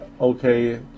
Okay